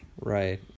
Right